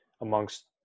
amongst